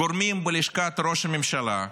גורמים בלשכת ראש הממשלה,